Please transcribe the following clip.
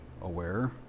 aware